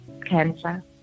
cancer